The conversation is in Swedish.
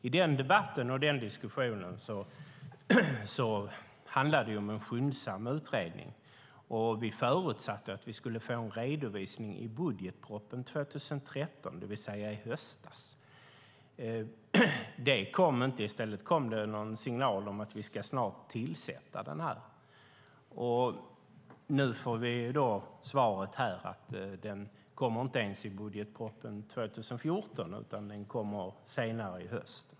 I den debatten och den diskussionen handlade det om en skyndsam utredning. Vi förutsatte att vi skulle få en redovisning i budgetpropositionen för 2013, det vill säga i höstas, men någon sådan kom inte. I stället kom en signal om att tillsättning snart skulle ske. Nu får vi svaret att redovisningen inte ens kommer i budgetpropositionen för 2014, utan senare i höst.